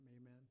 Amen